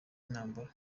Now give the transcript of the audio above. intambara